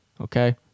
Okay